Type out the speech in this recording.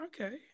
Okay